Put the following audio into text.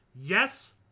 yes